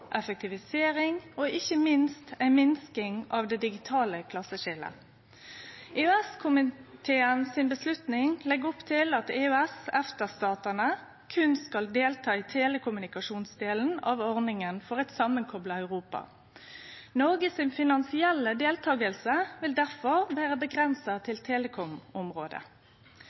effektivisering og ikkje minst til ei minsking av det digitale klasseskiljet. EØS-komiteen si avgjerd legg opp til at EØS/EFTA-statane berre skal delta i telekommunikasjonsdelen av ordninga for eit samankopla Europa. Noreg si finansielle deltaking vil derfor vere avgrensa til